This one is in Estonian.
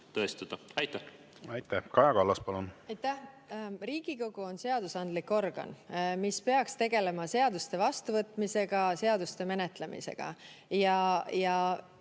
Kallas, palun! Aitäh! Kaja Kallas, palun! Aitäh! Riigikogu on seadusandlik organ, mis peaks tegelema seaduste vastuvõtmisega, seaduste menetlemisega.